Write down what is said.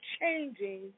changing